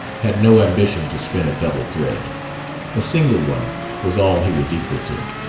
had no ambition to spin a double thread a single one was all he was equal to.